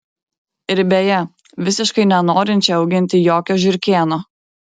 ir beje visiškai nenorinčią auginti jokio žiurkėno